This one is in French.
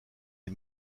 les